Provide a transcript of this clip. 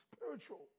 Spiritual